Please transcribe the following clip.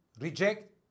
reject